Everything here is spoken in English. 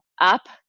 up